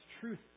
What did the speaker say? truth